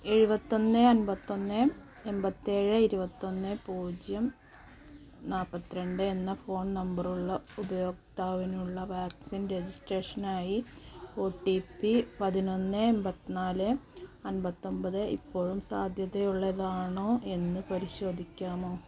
എഴുപത്തൊന്ന് അൻമ്പത്തൊന്ന് എൺപത്തേഴ് ഇരുപത്തൊന്ന് പൂജ്യം നാൽപ്പത്തിരണ്ട് എന്ന ഫോൺ നമ്പറ് ഉള്ള ഉപയോക്താവിനുള്ള വാക്സിൻ രജിസ്ട്രേഷന് ആയി ഒ ടി പി പതിനൊന്ന് എൺപത്തിനാല് അമ്പത്തൊമ്പത് ഇപ്പോഴും സാധ്യതയുള്ളതാണോ എന്ന് പരിശോധിക്കാമോ